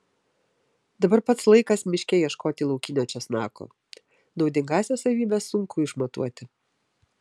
dabar pats laikas miške ieškoti laukinio česnako naudingąsias savybes sunku išmatuoti